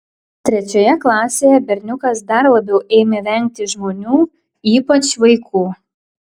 trečioje klasėje berniukas dar labiau ėmė vengti žmonių ypač vaikų